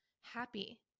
happy